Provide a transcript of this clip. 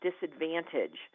disadvantage